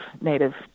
Native